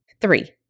Three